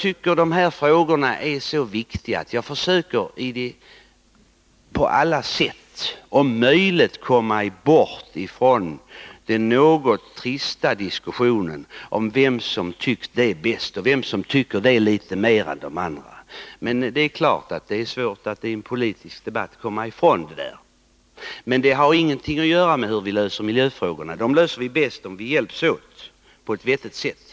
De här frågorna är så viktiga att jag tycker att man på alla sätt skall försöka komma bort ifrån den något trista diskussionen om vem som varit bäst när det gällt att framföra det ena eller det andra eller vem som agerat mer än någon annan på ett område. Det är visserligen svårt att komma ifrån sådant i en politisk debatt, men det har ingenting att göra med frågan om hur vi löser miljöproblemen. Dem löser vi bäst om vi hjälps åt på ett vettigt sätt.